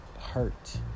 hurt